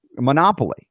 monopoly